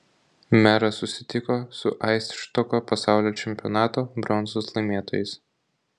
meras susitiko su aisštoko pasaulio čempionato bronzos laimėtojais